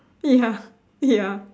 ya ya